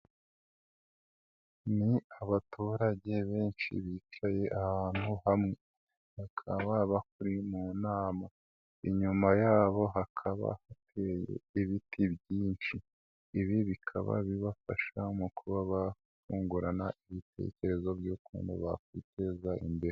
Ni abaturage benshi bicaye ahantu hamwe bakaba bahuriye mu nama, inyuma yabo hakaba hateye ibiti byinshi, ibi bikaba bibafasha mu kuba bungurana ibitekerezo by'ukuntu bakwiteza imbere.